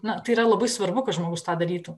na tai yra labai svarbu kad žmogus tą darytų